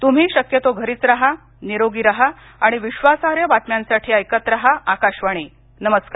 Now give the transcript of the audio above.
तुम्ही मात्र शक्यतो घरीच राहा निरोगी राहा आणि विश्वासार्ह बातम्यांसाठी ऐकत राहा आकाशवाणी नमस्कार